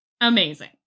Amazing